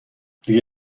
دیگه